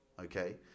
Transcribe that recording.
Okay